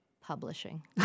Publishing